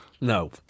no